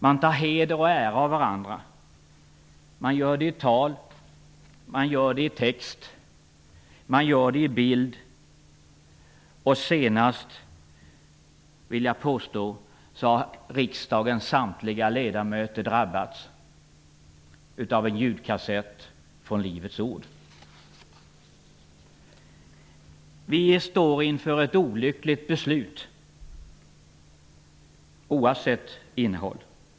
Man tar heder och ära av varandra. Man gör det i tal. Man gör det i text. Man gör det i bild. Nu senast har riksdagens samtliga ledamöter drabbats av en ljudkassett från Livets ord. Vi står inför ett olyckligt beslut, oavsett innehåll.